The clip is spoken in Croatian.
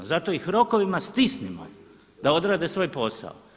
Zato ih rokovima stisnimo da odrade svoje posao.